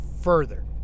further